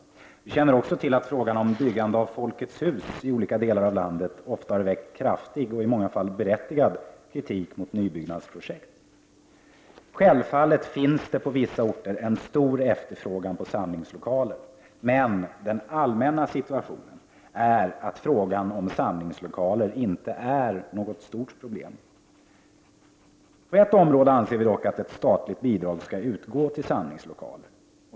Vi känner också till att frågan om byggande av Folkets hus i olika delar av landet ofta har väckt kraftig och i många fall berättigad kritik mot nybyggnadsprojekt. Självfallet finns det på vissa orter en stor efterfrågan på samlingslokaler, men den allmänna situationen är att frågan om samlingslokaler inte är något stort problem. På ett område anser vi dock att ett statligt bidrag skall utgå till samlingslokaler.